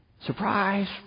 Surprise